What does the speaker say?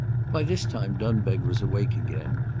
by this time dunbeg was awake again,